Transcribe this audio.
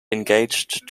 engaged